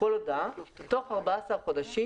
תוך 14 חודשים